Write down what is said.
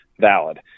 valid